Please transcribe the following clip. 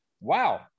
Wow